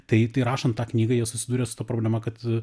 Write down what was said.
tai tai rašant tą knygą jie susidūrė su ta problema kad